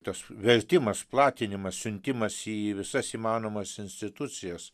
tas vertimas platinimas siuntimas į visas įmanomas institucijas